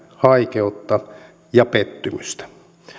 haikeutta ja pettymystä